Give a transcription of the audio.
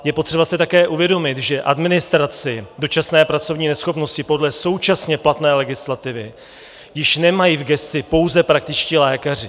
Je potřeba si také uvědomit, že administraci dočasné pracovní neschopnosti podle současně platné legislativy již nemají v gesci pouze praktičtí lékaři.